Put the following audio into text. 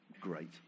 great